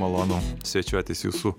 malonu svečiuotis jūsų